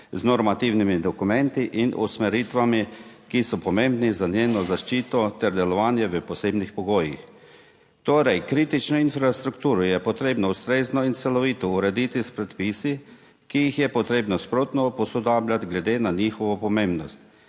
z normativnimi dokumenti in usmeritvami, ki so pomembni za njeno zaščito ter delovanje v posebnih pogojih. Torej kritično infrastrukturo je potrebno ustrezno in celovito urediti s predpisi, ki jih je potrebno sprotno posodabljati glede na njihovo pomembnost